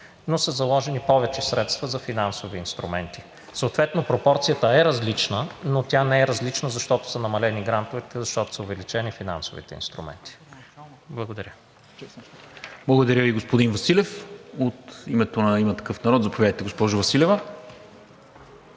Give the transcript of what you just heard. но са заложени повече средства за финансови инструменти. Пропорцията е различна, но тя не е различна, защото са намалени грантовете, а защото са увеличени финансовите инструменти. Благодаря. ПРЕДСЕДАТЕЛ НИКОЛА МИНЧЕВ: Благодаря Ви, господин Василев. От името на „Има такъв народ“? Заповядайте, госпожо Василева.